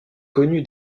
connu